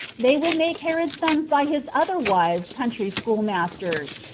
they would make herod's sons by his other wives country schoolmasters,